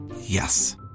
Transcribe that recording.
Yes